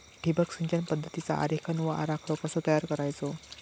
ठिबक सिंचन पद्धतीचा आरेखन व आराखडो कसो तयार करायचो?